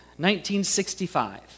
1965